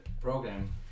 program